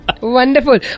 Wonderful